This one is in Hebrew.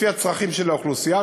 לפי הצרכים של האוכלוסייה,